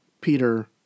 Peter